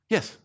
Yes